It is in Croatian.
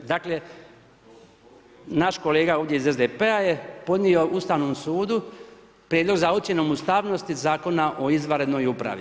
Dakle, naš kolega ovdje iz SDP-a je podnio Ustavnom sudu prijedlog za ocjenom ustavnosti Zakona o izvanrednoj upravi.